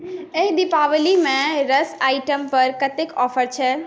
एहि दीपावलीमे रस आइटमपर कतेक ऑफर छै